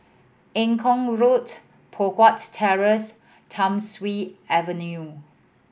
Eng Kong Road Poh Huat Terrace Thiam Siew Avenue